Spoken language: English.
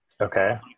Okay